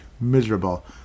Miserable